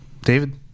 david